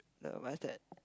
the what is that